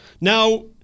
Now